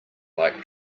like